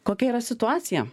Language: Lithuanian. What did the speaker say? kokia yra situacija